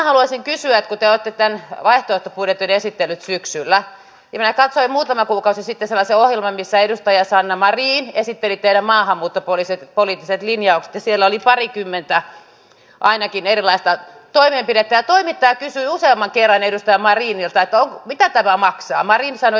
te olette tämän vaihtoehtobudjettinne esitelleet syksyllä ja minä katsoin muutama kuukausi sitten sellaisen ohjelman missä edustaja sanna marin esitteli teidän maahanmuuttopoliittiset linjauksenne siellä oli ainakin parikymmentä erilaista toimenpidettä ja toimittaja kysyi useamman kerran edustaja marinilta mitä tämä maksaa ja marin sanoi